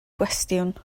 gwestiwn